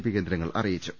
P കേന്ദ്രങ്ങൾ അറിയിച്ചു